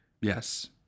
Yes